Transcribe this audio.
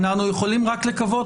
אנחנו יכולים רק לקוות,